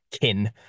kin